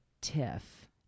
tiff